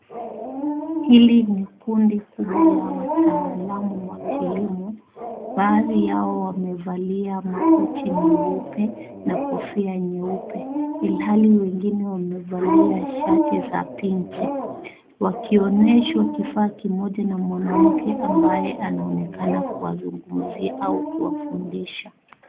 Hili ni kundi kubwa la wataalamu wa kilimo, baadhi yao wamevalia makoti meupe na kofia nyeupe ilhali wengine wamevalia shati za pinki wakionyeshwa kifaa kimoja na mwanamke ambaye anaonekana kuwazungumzia au kuwafundisha.